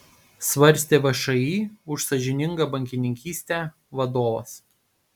svarstė všį už sąžiningą bankininkystę vadovas